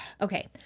Okay